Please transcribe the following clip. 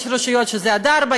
יש רשויות שזה עד 16:00,